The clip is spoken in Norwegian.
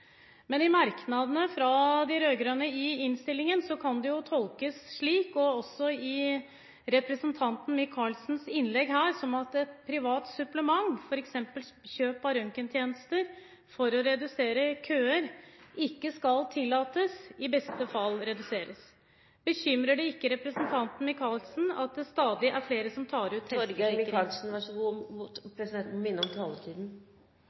Men i merknadene fra de rød-grønne i innstillingen – og også av representanten Micaelsens innlegg her – kan det tolkes som at et privat supplement, f.eks. kjøp av røntgentjenester for å redusere køer, ikke skal tillates, i beste fall reduseres Bekymrer det ikke representanten Micaelsen at det stadig er flere som tar ut helseforsikring? Presidenten vil minne om taletiden.